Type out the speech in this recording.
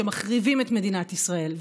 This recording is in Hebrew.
שמחריבים את מדינת ישראל,